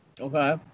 Okay